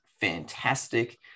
fantastic